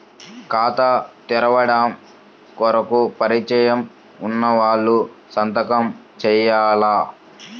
ఖాతా తెరవడం కొరకు పరిచయము వున్నవాళ్లు సంతకము చేయాలా?